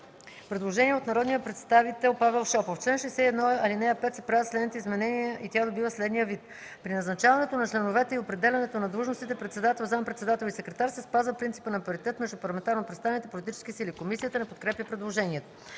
предложение от народния представител Павел Шопов: В чл. 76, ал. 5 се правят следните изменения и тя добива следния вид: „При назначаването на членовете и определянето на длъжностите председател, зам.-председател и секретар се спазва принципа на паритет между парламентарно представените политически сили.“ Комисията не подкрепя предложението.